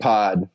Pod